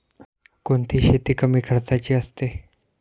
कोणती शेती कमी खर्चाची असते?